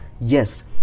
Yes